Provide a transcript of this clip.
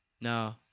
No